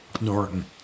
Norton